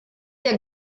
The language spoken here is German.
der